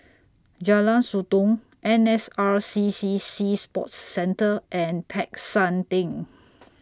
Jalan Sotong N S R C C Sea Sports Centre and Peck San Theng